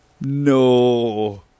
No